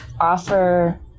offer